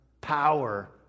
power